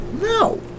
No